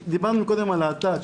דיברנו קודם על האתת,